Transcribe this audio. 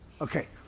Okay